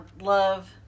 love